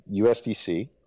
USDC